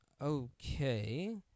okay